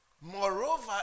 Moreover